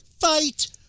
Fight